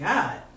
God